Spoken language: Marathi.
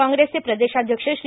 कॉँग्रेसचे प्रदेशाध्यक्ष श्री